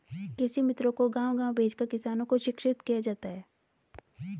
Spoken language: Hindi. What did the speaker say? कृषि मित्रों को गाँव गाँव भेजकर किसानों को शिक्षित किया जाता है